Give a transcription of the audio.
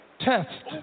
test